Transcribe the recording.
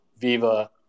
Viva